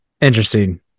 Interesting